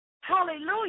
Hallelujah